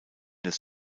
des